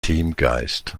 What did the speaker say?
teamgeist